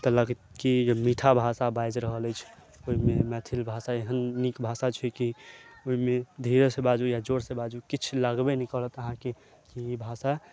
तऽ लागत कि मीठा भाषा बाजि रहल अछि ओहिमे मैथिल भाषा एहेन नीक भाषा छी कि ओहिमे धीरे से बाजू या जोर से बाजू किछु लागबे नहि करत अहाँके कि भाषा